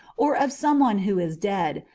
or of some one who is dead,